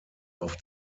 auf